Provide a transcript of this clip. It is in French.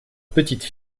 petite